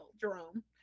Jerome